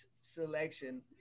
selection